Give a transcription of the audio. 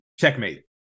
Checkmate